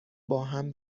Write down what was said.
باهم